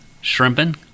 shrimping